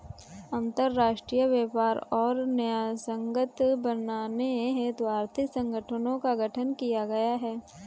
अंतरराष्ट्रीय व्यापार को न्यायसंगत बनाने हेतु आर्थिक संगठनों का गठन किया गया है